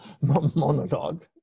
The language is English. monologue